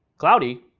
cloudy.